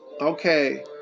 Okay